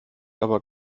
aber